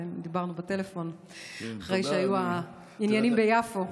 דיברנו בטלפון אחרי שהיו העניינים ביפו.